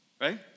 right